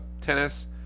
tennis